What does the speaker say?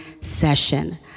Session